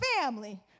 family